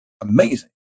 amazing